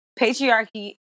patriarchy